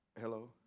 Hello